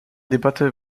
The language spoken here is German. debatte